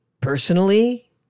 personally